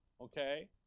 Okay